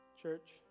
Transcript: Church